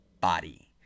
body